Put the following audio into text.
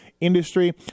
industry